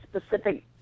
specific